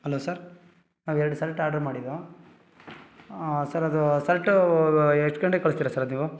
hello sir ನಾವು ಎರಡು shirt order ಮಾಡಿದ್ದೆವು ಸರ್ ಅದು ಸರ್ಟು ಎಷ್ಟು ಗಂಟೆಗೆ ಕಳಿಸ್ತೀರಾ ಸರ್ ಅದು ನೀವು